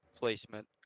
placement